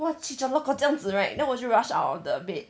!wah! chicholorgo 这样子 right then 我就 rush out of the bed